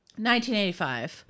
1985